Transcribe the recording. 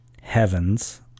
heavens